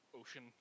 ocean